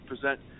present